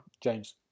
James